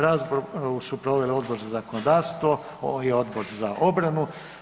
Raspravu su proveli Odbor za zakonodavstvo i Odbor za obranu.